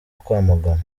kwamaganwa